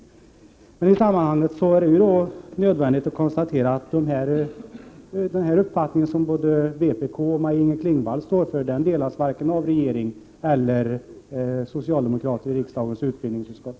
I det sammanhanget är det nödvändigt att konstatera att den uppfattning som både vpk och Maj-Inger Klingvall står för varken delas av regeringen eller av socialdemokraterna i riksdagens utbildningsutskott.